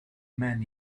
man